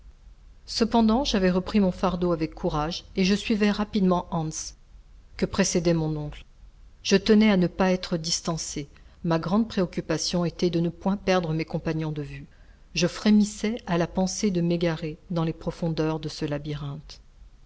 cependant j'avais repris mon fardeau avec courage et je suivais rapidement hans que précédait mon oncle je tenais à ne pas être distancé ma grande préoccupation était de ne point perdre mes compagnons de vue je frémissais à la pensée de m'égarer dans les profondeurs de ce labyrinthe